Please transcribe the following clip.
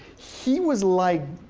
he was like,